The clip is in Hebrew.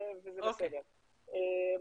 אנחנו